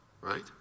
right